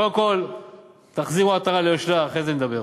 קודם כול תחזירו עטרה ליושנה, ואחרי זה נדבר.